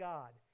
God